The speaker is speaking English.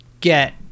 get